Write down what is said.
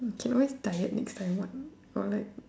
can always tired next time what or like